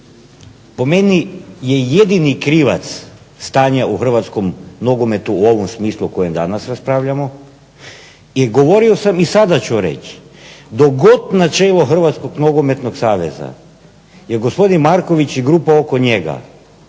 po meni je jedini krivac stanja u hrvatskom nogometu u ovom smislu o kojem danas raspravljamo i govorio sam i sada ću reći dok god na čelu HNS-a je gospodin Marković i grupa oko njega